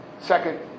Second